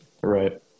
Right